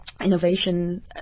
Innovation